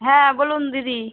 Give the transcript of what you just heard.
হ্যাঁ বলুন দিদি